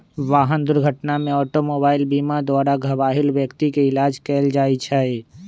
वाहन दुर्घटना में ऑटोमोबाइल बीमा द्वारा घबाहिल व्यक्ति के इलाज कएल जाइ छइ